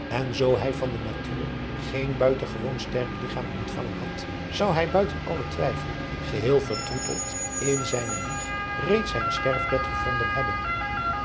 en zoo hij van de natuur geen buitengewoon sterk ligchaam ontvangen had zou hij buiten allen twijfel geheel vertroeteld in zijne wieg reeds zijn sterfbed gevonden hebben